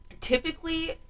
typically